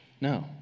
No